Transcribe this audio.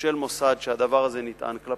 של מוסד שהדבר הזה נטען כלפיו,